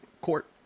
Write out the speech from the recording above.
court